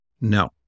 No